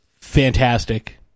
fantastic